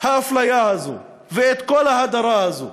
האפליה הזו ואת כל ההדרה הזו.